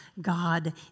God